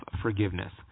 forgiveness